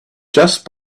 just